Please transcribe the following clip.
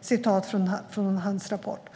Så står det i hans rapport.